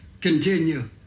continue